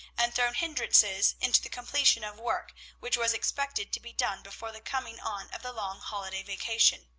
and thrown hindrances into the completion of work which was expected to be done before the coming on of the long holiday vacation.